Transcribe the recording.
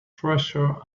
treasure